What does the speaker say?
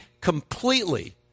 completely